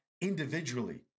individually